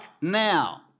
now